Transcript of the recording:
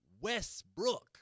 Westbrook